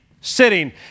sitting